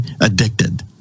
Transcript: addicted